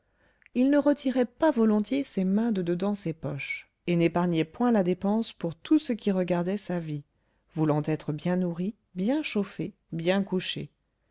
il ne retirait pas volontiers ses mains de dedans ses poches et n'épargnait point la dépense pour tout ce qui regardait sa vie voulant être bien nourri bien chauffé bien couché